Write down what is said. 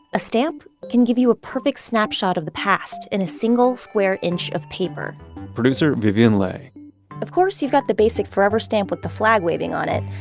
a stamp can give you a perfect snapshot of the past in a single square inch of paper producer vivian le of course, you've got the basic forever stamp with the flag-waving on it.